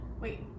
Wait